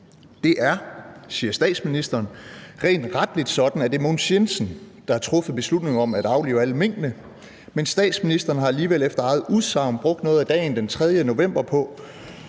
Det er, siger statsministeren, rent retligt sådan, at det er Mogens Jensen, der har truffet beslutningen om at aflive alle minkene. Men statsministeren har alligevel efter eget udsagn brugt noget af dagen den 3. november på